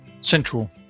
central